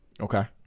Okay